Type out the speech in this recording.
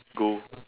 go